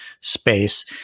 space